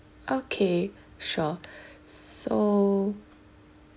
okay sure so